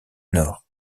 nord